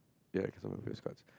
ya cards